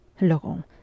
Laurent